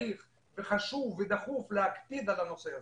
צריך ודחוף להקפיד על הנושא הזה.